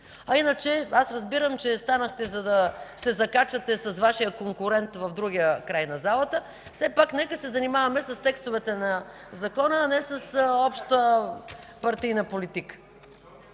Иначе аз разбирам, че станахте, за да се закачате с Вашия конкурент в другия край на залата. Все пак нека се занимаваме с текстовете на закона, а не с общопартийна политика.